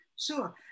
Sure